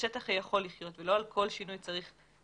השטח יכול לחיות ולא על כל שינוי צריך אישור.